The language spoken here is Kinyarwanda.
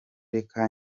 reka